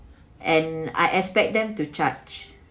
and I expect them to charge